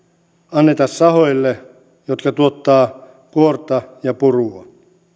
anneta esimerkiksi sahoille jotka tuottavat kuorta ja purua